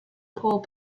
pole